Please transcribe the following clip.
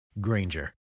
granger